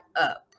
up